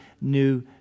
new